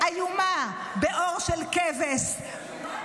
ממשלת הימין,